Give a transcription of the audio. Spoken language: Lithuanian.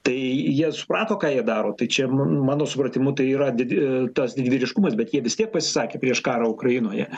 tai jie suprato ką jie daro tai čia mano supratimu tai yra didi tas didvyriškumas bet jie vis tiek pasisakė prieš karą ukrainoje